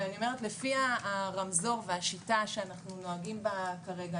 אני אומרת שלפי הרמזור והשיטה שאנחנו נוהגים בה כרגע,